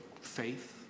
faith